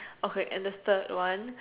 okay and the third one